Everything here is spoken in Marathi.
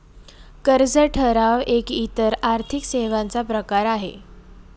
कर्ज ठराव एक इतर आर्थिक सेवांचा प्रकार आहे